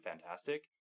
fantastic